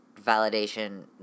validation